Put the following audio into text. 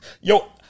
Yo